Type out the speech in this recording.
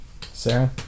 Sarah